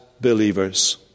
believers